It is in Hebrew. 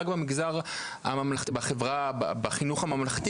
רק בחינוך הממלכתי,